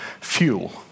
fuel